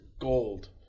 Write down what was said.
Gold